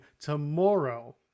tomorrow